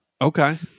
Okay